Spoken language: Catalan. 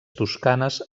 toscanes